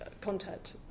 contact